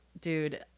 dude